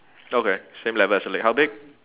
okay same level as her leg how big